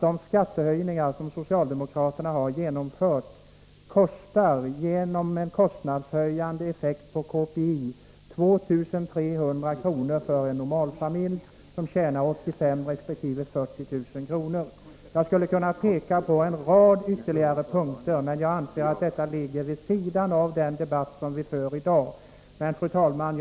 De skattehöjningar som socialdemokraterna har genomfört kostar, på grund av en kostnadshöjande effekt på KPI, 2 300 kr. för en normalfamilj som tjänar 85 000 resp. 40 000 kr. Jag skulle kunna peka på en rad ytterligare punkter, men jag anser att detta ligger vid sidan av den debatt som vi för här i dag. Fru talman!